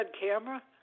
camera